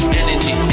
energy